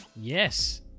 Yes